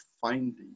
finding